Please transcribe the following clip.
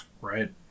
Right